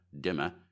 dimmer